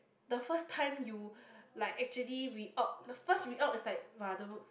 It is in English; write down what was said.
the first time you like actually we odd the first we odd is like !wow! the